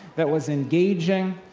that was engaging.